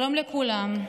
שלום לכולם,